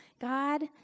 God